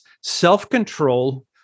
self-control